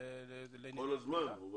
כל הזמן הוא פעל.